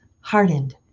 hardened